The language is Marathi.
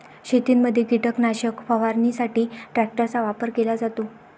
शेतीमध्ये कीटकनाशक फवारणीसाठी ट्रॅक्टरचा वापर केला जातो